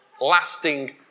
lasting